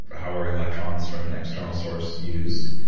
how are electrons from an external source used?